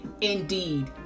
indeed